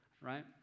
right